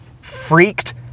freaked